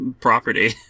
property